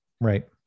Right